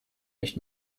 nicht